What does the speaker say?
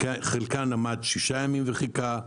חלקן עמדו שישה ימים וחיכה,